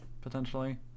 potentially